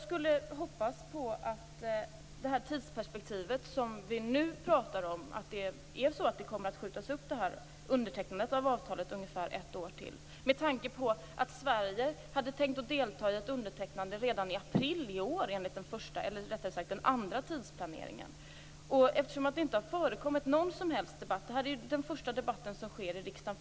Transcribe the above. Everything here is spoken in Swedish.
Jag hoppas, i det tidsperspektiv vi nu pratar om, att undertecknandet av avtalet kommer att skjutas upp ungefär ett år till. Det gör jag med tanke på att Sverige hade tänkt delta i ett undertecknande redan i april i år, enligt den andra tidsplaneringen. Det har inte heller förekommit någon som helst debatt. Det här är den första debatten som hålls i riksdagen.